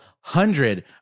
hundred